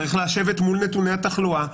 צריך לשבת מול נתוני התחלואה,